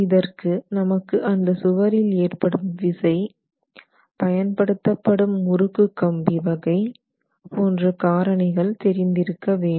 இதற்கு நமக்கு அந்த சுவரில் ஏற்படும் விசை பயன்படுத்தப்படும் முறுக்கு கம்பி வகை போன்ற காரணிகள் தெரிந்திருக்க வேண்டும்